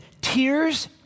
tears